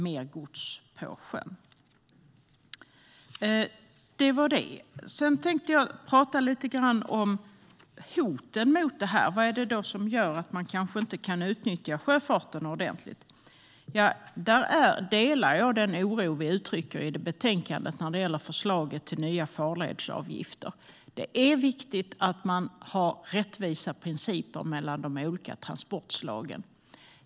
Sedan tänkte jag prata lite grann om hoten mot sjöfarten. Vad är det som gör att man kanske inte kan utnyttja sjöfarten ordentligt? Jag delar den oro som vi uttrycker i betänkandet inför förslaget till nya farledsavgifter. Det är viktigt att man tillämpar rättvisa principer för de olika transportslagen.